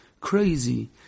crazy